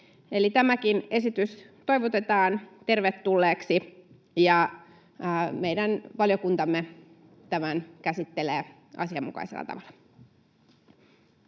tämäkin esitys toivotetaan tervetulleeksi, ja meidän valiokuntamme tämän käsittelee asianmukaisella tavalla.